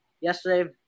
yesterday –